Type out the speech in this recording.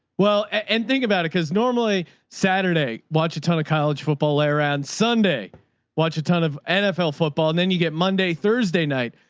well, and think about it. cause normally saturday watch a ton of college football air and sunday watch a ton of nfl football. and then you get monday, thursday night,